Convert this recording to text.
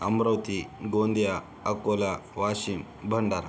Amravati Gondia Akola Washim Bhandara